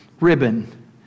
ribbon